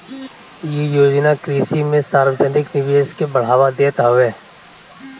इ योजना कृषि में सार्वजानिक निवेश के बढ़ावा देत हवे